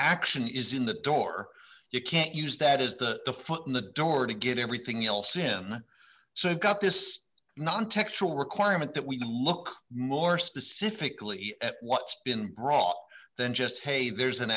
action is in the door you can't use that is that the foot in the door to get everything else in so you've got this non textual requirement that we look more specifically at what's been brought than just hey there's an